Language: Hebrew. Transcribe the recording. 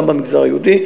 גם במגזר היהודי,